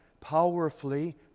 powerfully